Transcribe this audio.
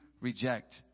reject